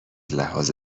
لحاظ